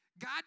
God